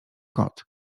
kot